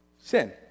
Sin